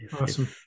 Awesome